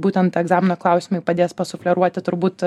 būtent egzamino klausimai padės pasufleruoti turbūt